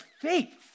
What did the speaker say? faith